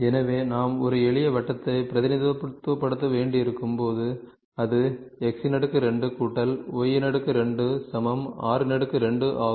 எனவே நாம் ஒரு எளிய வட்டத்தை பிரதிநிதித்துவப்படுத்த வேண்டியிருக்கும் போது அது x2 y2 r2 ஆகும்